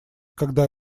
когда